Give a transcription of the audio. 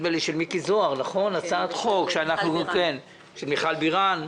נדמה לי של מיקי זוהר ושל מיכל בירן.